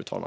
vi.